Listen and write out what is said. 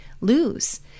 lose